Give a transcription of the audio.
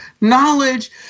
knowledge